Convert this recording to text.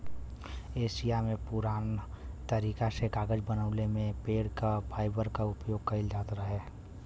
Asia में पुरान तरीका से कागज बनवले में पेड़ क फाइबर क उपयोग कइल जात रहे